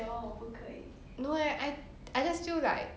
no leh I I just feel like